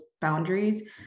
boundaries